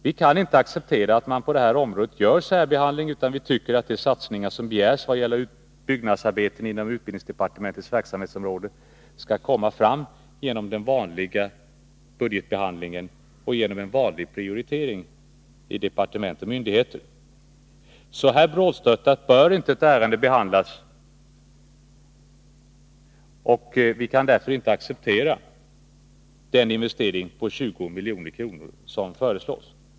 Vi kan inte acceptera att man på det här området gör en särbehandling, utan vi tycker att de satsningar som begärs vad gäller byggnadsarbeten inom utbildningsdepartementets verksamhetsområde skall komma fram genom en sedvanlig budgetbehandling och genom en vanlig prioritering av departement och myndigheter. Så brådstörtat bör inte ärendet behandlas. Vi har därför inte kunnat acceptera den investering på 20 milj.kr. som föreslås.